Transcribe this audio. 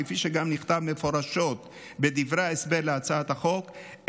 כפי שגם נכתב מפורשות בדברי ההסבר להצעת החוק,